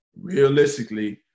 realistically